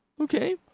okay